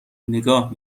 نگاه